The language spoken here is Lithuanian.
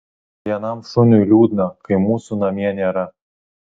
vienam šuniui liūdna kai mūsų namie nėra